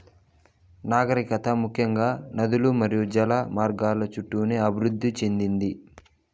నాగరికత ముఖ్యంగా నదులు మరియు జల మార్గాల చుట్టూనే అభివృద్ది చెందింది